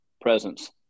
presence